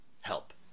help